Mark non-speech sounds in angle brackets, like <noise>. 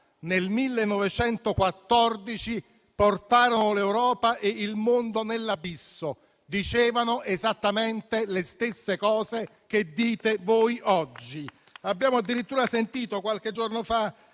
nel 1914 portarono l'Europa e il mondo nell'abisso. Dicevano esattamente le stesse cose che dite voi oggi. <applause> Abbiamo addirittura sentito qualche giorno fa